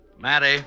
Maddie